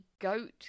goat